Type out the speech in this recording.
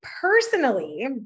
personally